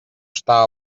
està